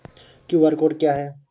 QR code क्या है?